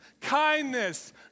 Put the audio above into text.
kindness